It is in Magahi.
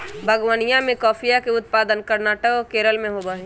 बागवनीया में कॉफीया के उत्पादन कर्नाटक और केरल में होबा हई